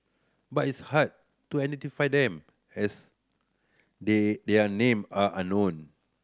but it's hard to identify them as they their name are unknown